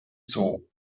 zoo